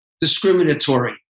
discriminatory